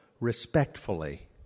respectfully